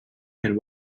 and